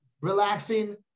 relaxing